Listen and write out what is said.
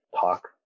talk